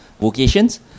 vocations